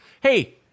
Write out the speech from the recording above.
Hey